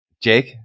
jake